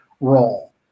role